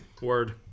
Word